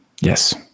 Yes